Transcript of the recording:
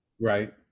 Right